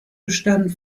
bestanden